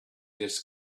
this